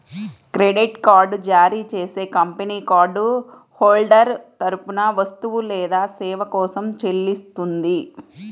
credit card జారీ చేసే కంపెనీ కార్డ్ హోల్డర్ తరపున వస్తువు లేదా సేవ కోసం చెల్లిస్తుంది